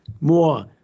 more